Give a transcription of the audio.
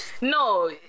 No